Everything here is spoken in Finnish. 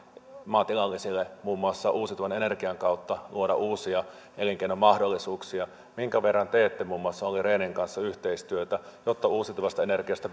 maatilallisille muun muassa uusiutuvan energian kautta luoda uusia elinkeinomahdollisuuksia minkä verran teette muun muassa olli rehnin kanssa yhteistyötä jotta uusiutuvasta energiasta